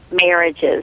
marriages